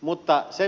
juuri näin